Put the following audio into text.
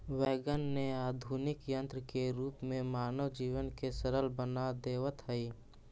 wagon ने आधुनिक यन्त्र के रूप में मानव जीवन के सरल बना देवऽ हई